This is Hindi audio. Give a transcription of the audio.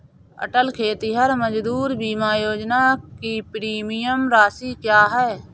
अटल खेतिहर मजदूर बीमा योजना की प्रीमियम राशि क्या है?